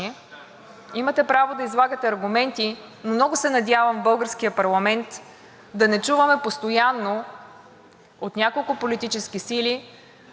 от няколко политически сили руската пропаганда и откровените лъжи на цялата руска хибридна машина.